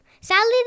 Sally